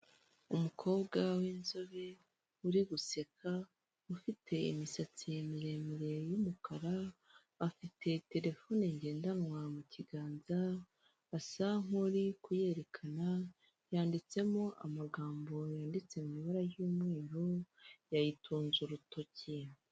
Umukobwa w'inzobe uri guseka ufite imisatsi miremire y'umukara afite terefone ngendanwa, mu kiganza asa nk'uri kuyerekana yanditsemo amagambo yanditse mu ibara ry'umweru yayitunze urutoki.